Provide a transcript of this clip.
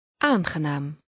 Aangenaam